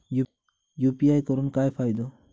UPI करून काय फायदो?